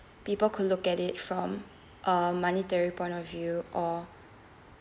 people could look at it from a monetary point of view or